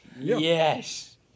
Yes